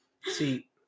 See